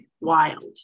wild